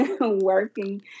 working